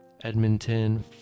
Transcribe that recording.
Edmonton